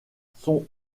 son